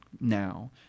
now